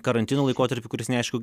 karantino laikotarpį kuris neaišku